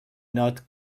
not